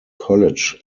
college